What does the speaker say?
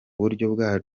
bwa